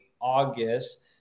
August